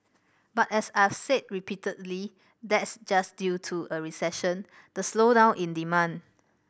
but as I've said repeatedly that's just due to a recession the slowdown in demand